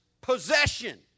possession